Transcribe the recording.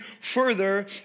further